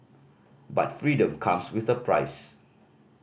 but freedom comes with a price